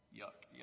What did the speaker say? yuck